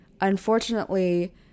unfortunately